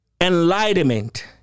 enlightenment